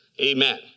Amen